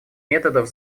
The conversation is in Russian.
методов